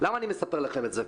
למה אני מספר לכם את זה?